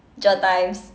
GER times